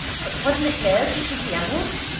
but wasn't it baird who took the emeralds?